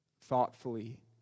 thoughtfully